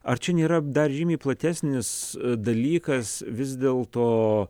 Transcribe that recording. ar čia nėra dar žymiai platesnis dalykas vis dėl to